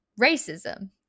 racism